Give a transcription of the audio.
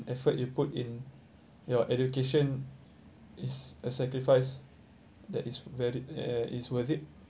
effort you put in your education is a sacrifice that is very eh is worth it